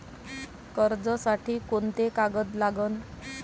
कर्जसाठी कोंते कागद लागन?